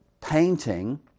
painting